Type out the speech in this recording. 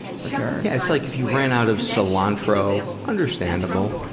for sure. yeah, it's like if you ran out of cilantro, understandable.